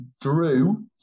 drew